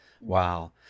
Wow